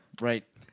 right